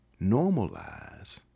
normalize